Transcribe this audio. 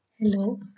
Hello